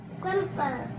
Grandpa